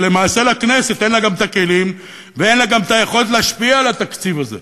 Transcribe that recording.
למעשה לכנסת אין כלים ואין לה גם יכולת להשפיע על התקציב הזה,